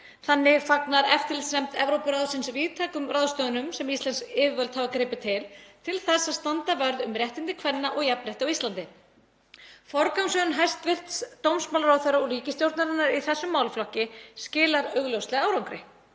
Þannig fagnar eftirlitsnefnd Evrópuráðsins víðtækum ráðstöfunum sem íslensk yfirvöld hafa gripið til til þess að standa vörð um réttindi kvenna og jafnrétti á Íslandi. Forgangsröðun hæstv. dómsmálaráðherra og ríkisstjórnarinnar í þessum málaflokki skilar augljóslega árangri.